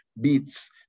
beats